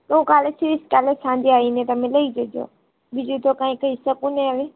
હું કાલે સીવીશ કાલે સાંજે આવીને તમે લઈ જજો બીજું તો કાંઈ કહી શકું નહીં હવે